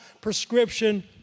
prescription